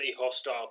hostile